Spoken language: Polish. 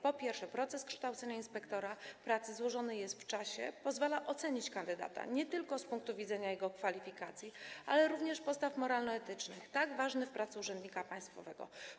Po pierwsze, proces kształcenia inspektora pracy jest złożony, jest rozłożony w czasie, pozwala ocenić kandydata nie tylko z punktu widzenia jego kwalifikacji, ale również postaw moralno-etycznych, tak ważnych w pracy urzędnika państwowego.